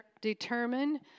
determine